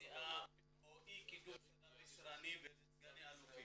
יציאה או אי קידום של רבי סרנים לסגני אלופים,